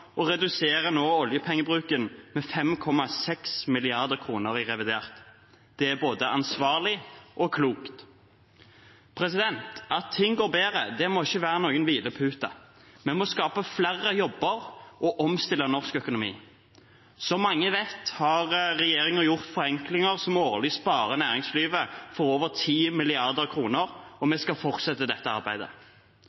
reduserer nå oljepengebruken med 5,6 mrd. kr i revidert budsjett. Det er både ansvarlig og klokt. At ting går bedre, må ikke være en hvilepute. Vi må skape flere jobber og omstille norsk økonomi. Som mange vet, har regjeringen gjort forenklinger som årlig sparer næringslivet for over 10 mrd. kr, og